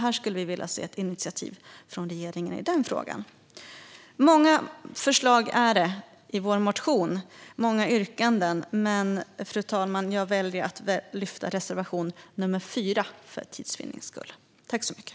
Vi skulle därför vilja se ett initiativ från regeringen i denna fråga. Det finns många förslag i vår motion - många yrkanden. Men, fru talman, för tids vinnande väljer jag att yrka bifall till reservation 4.